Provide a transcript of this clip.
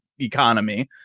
economy